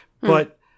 but-